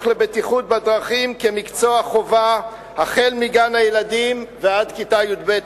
לבטיחות בדרכים כמקצוע חובה מגן-הילדים ועד כיתה י"ב,